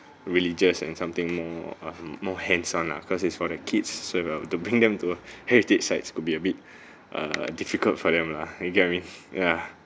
religious and something more hmm more hands on lah cause it's for the kids so hmm to bring them to heritage sites could be a bit err difficult for them lah you get what I mean ya